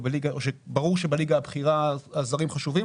ברור שבליגה הבכירה הזרים חשובים,